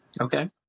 Okay